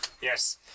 Yes